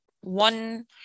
one